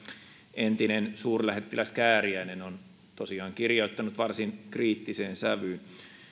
entinen suurlähettiläs kääriäinen on tosiaan kirjoittanut varsin kriittiseen sävyyn